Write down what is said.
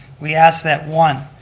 we ask that, one,